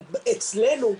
אצלנו,